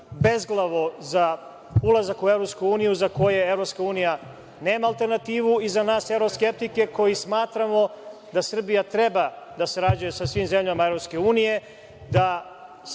bezglavo za ulazak u Evropsku uniju, za koje EU nema alternativu, i na nas, evroskeptike, koji smatramo da Srbija treba da sarađuje sa svim zemljama EU,